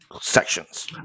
sections